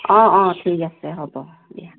অঁ অঁ ঠিক আছে হ'ব দিয়া